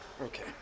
Okay